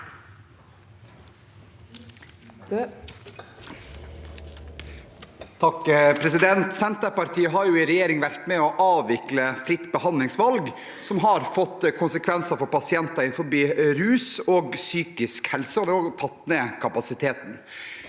(H) Senterpartiet har i regjering vært med på å avvikle fritt behandlingsvalg, noe som har fått konsekvenser for pasienter innenfor rus- og psykisk helse-feltet, og har tatt ned kapasiteten.